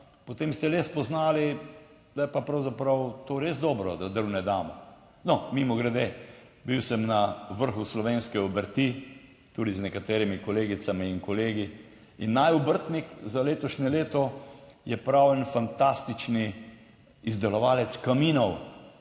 potem ste le spoznali, da je pa pravzaprav to res dobro, da drv ne damo. No, mimogrede, bil sem na vrhu slovenske obrti, tudi z nekaterimi kolegicami in kolegi in naj obrtnik za letošnje leto je prav en fantastični izdelovalec kaminov,